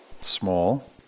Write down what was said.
small